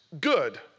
good